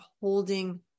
holding